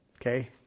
Okay